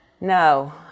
No